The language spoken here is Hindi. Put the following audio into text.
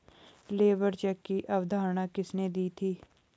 लेबर चेक की अवधारणा किसने दी थी?